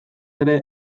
ere